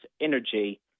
energy